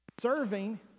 Serving